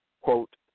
quote